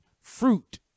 fruit